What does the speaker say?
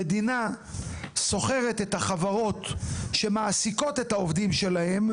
המדינה שוכרת את החברות שמעסיקות את העובדים שלהן,